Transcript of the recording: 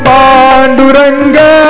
Panduranga